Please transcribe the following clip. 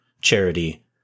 charity